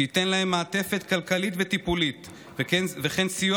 שייתן להן מעטפת כלכלית וטיפולית וכן סיוע